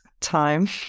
time